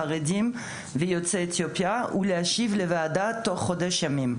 חרדים ויוצאי אתיופיה ולהשיב לוועדה תוך חודש ימים".